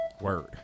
Word